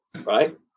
right